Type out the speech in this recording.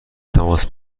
تماس